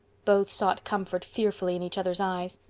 both sought comfort fearfully in each other's eyes.